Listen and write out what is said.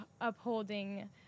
upholding